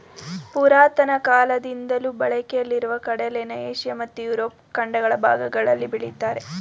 ಪುರಾತನ ಕಾಲದಿಂದಲೂ ಬಳಕೆಯಲ್ಲಿರೊ ಕಡಲೆನ ಏಷ್ಯ ಮತ್ತು ಯುರೋಪ್ ಖಂಡಗಳ ಭಾಗಗಳಲ್ಲಿ ಬೆಳಿತಾರೆ